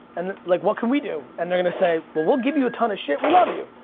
and like what can we do? and they're gonna say, well we'll give you a ton of shit, we love you.